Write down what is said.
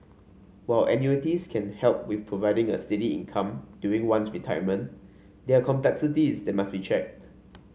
while annuities can help with providing a steady income during one's retirement there are complexities that must be checked